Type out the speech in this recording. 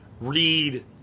read